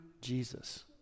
Jesus